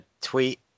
Tweet